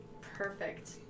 Perfect